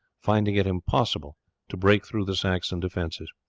finding it impossible to break through the saxon defences.